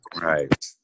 Right